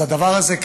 אז הדבר הזה,